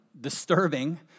disturbing